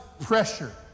pressure